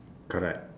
correct